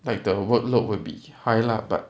like the workload will be high lah but